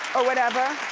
or whatever.